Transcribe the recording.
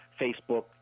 Facebook